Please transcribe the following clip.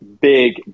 Big